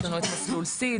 יש לנו את מסלול סיד,